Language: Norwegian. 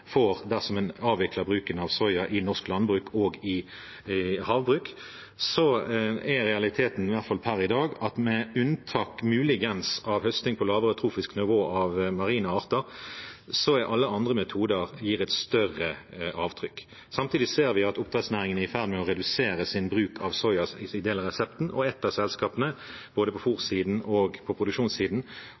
får dersom en avvikler bruken av soya i norsk landbruk og havbruk, er realiteten – iallfall per i dag og muligens med unntak av høsting på lavere trofisk nivå av marine arter – at alle andre metoder gir et større avtrykk. Samtidig ser vi at oppdrettsnæringen er i ferd med å redusere sin bruk av soya, og ett av selskapene, på både fôrsiden og produksjonssiden,